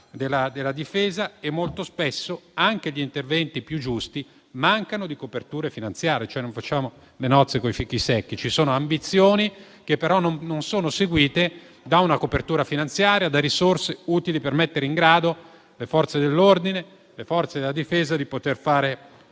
della Difesa e molto spesso anche gli interventi più giusti mancano di coperture finanziarie, cioè non facciamo le nozze coi fichi secchi. Ci sono ambizioni che, però, non sono seguite da una copertura finanziaria, da risorse utili per mettere in grado le Forze dell'ordine, le forze della Difesa di poter fare